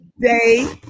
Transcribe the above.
day